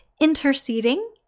interceding